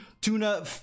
Tuna